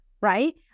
Right